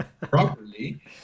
properly